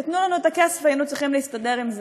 נתנו לנו את הכסף, והיינו צריכים להסתדר עם זה.